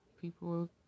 People